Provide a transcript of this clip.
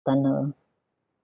tunnel